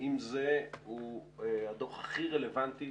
ועם זה הוא הדוח הכי רלוונטי